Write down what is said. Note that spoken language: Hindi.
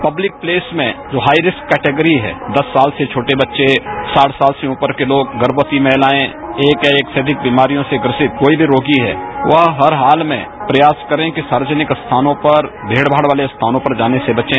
पब्लिक प्लेस में जो हाई रिस्क कैटेगरी है दस साल से छोटे बच्चे साठ साल से रूपर के लोग गर्भवती महिलाएं एक या एक से अधिक बीमारियों से ग्रसित कोई भी रोगी है वह हर हाल में प्रयास करें कि सार्वजनिक स्थानों पर भीड़ भाड़ वाले स्थानों पर जाने से बचें